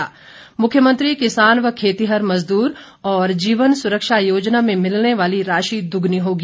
इसके मुख्यमंत्री किसान व खेतीहर मजदूर और जीवन सुरक्षा योजना में मिलने वाली राशि दोगुनी होगी